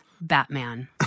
Batman